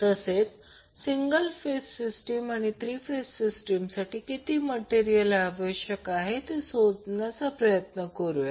तसेच single phase system आणि 3 phase सिस्टीमसाठी किती मटेरियल आवश्यक आहे ते शोधण्याचा प्रयत्न करूया